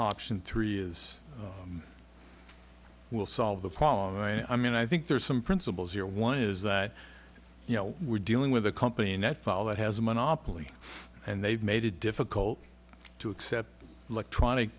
option three is we'll solve the problem i mean i think there's some principles here one is that you know we're dealing with a company in that fall that has a monopoly and they've made it difficult to accept electronic